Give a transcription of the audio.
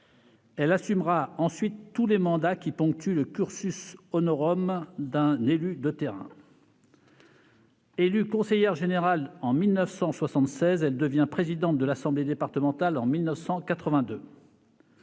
elle assumera ensuite tous les mandats qui ponctuent le d'un élu de terrain. Élue conseillère générale en 1976, elle devient présidente de l'assemblée départementale en 1982.